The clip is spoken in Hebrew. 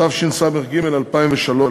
התשס"ג 2003,